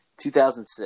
2006